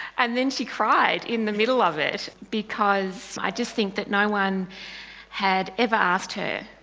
and then she cried in the middle of it because i just think that no one had ever asked her,